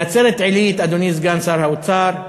בנצרת-עילית, אדוני סגן שר האוצר,